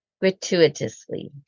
gratuitously